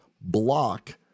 block